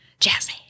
jazzy